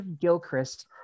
Gilchrist